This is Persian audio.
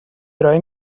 ارائه